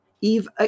Eve